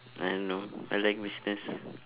I don't know I like business